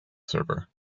server